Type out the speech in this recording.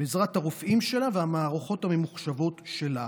בעזרת הרופאים שלה והמערכות הממוחשבות שלה.